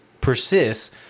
persists